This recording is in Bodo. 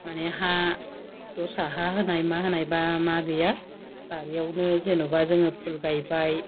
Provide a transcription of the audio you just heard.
माने हा दस्रा हा होनाय मा होनाय बा मा गैया बारियावनो जेन'बा जोङो फुल गायबाय